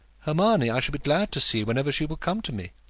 hermione i shall be glad to see whenever she will come to me.